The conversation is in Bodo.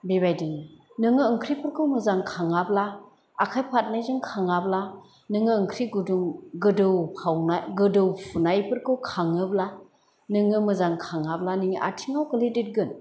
बेबायदिनो नोङो ओंख्रिफोरखौ मोजां खाङाब्ला आखाय फादनैजों खाङाब्ला नोङो ओंख्रि गुदुं गोदौखावना गोदौफुनायफोरखौ खाङोब्ला नोङो मोजां खाङाब्ला नोंनि आथिङाव गोग्लैदेदगोन